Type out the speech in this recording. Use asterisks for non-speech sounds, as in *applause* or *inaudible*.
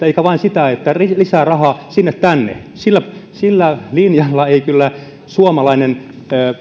*unintelligible* eikä vain sitä että lisää rahaa sinne tänne sillä sillä linjalla ei kyllä suomalainen